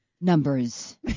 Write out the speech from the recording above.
Numbers